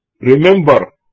remember